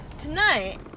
Tonight